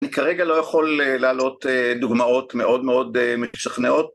אני כרגע לא יכול להעלות דוגמאות מאוד מאוד משכנעות